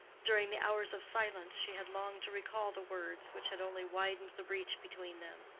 during the hours of silence she had longed to recall the words which had only widened the breach between them.